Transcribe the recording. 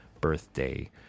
birthday